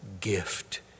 gift